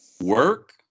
Work